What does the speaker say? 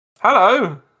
Hello